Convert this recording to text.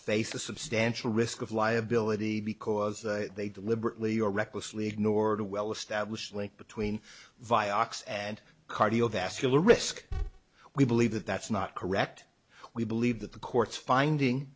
face a substantial risk of liability because they deliberately or recklessly ignored a well established link between vioxx and cardiovascular risk we believe that that's not correct we believe that the court's finding